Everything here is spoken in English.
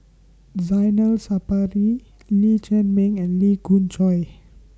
Zainal Sapari Lee Chiaw Meng and Lee Khoon Choy